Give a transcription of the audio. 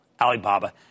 Alibaba